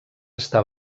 està